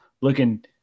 looking